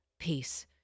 Peace